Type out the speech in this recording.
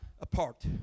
apart